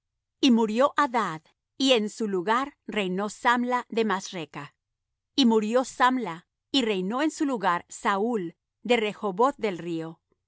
y murió adad y en su lugar reinó samla de masreca y murió samla y reinó en su lugar saúl de rehoboth del río